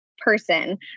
person